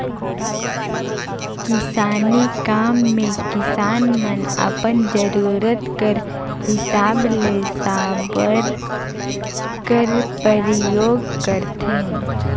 किसानी काम मे किसान मन अपन जरूरत कर हिसाब ले साबर कर परियोग करथे